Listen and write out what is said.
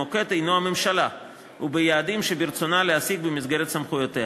המוקד הנו בממשלה וביעדים שברצונה להשיג במסגרת סמכויותיה.